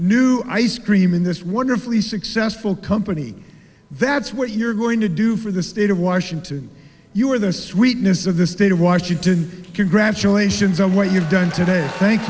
new ice cream in this wonderfully successful company that's what you're going to do for the state of washington you or the sweetness of the state of washington congratulations on what you've done today thank